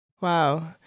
Wow